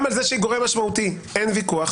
גם על זה שהיא גורם משמעותי אין ויכוח.